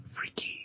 freaky